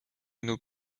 nos